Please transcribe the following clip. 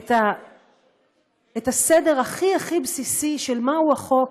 את הסדר הכי הכי בסיסי של מהו החוק,